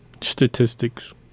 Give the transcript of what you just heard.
statistics